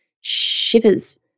shivers